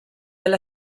alla